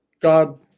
God